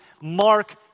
Mark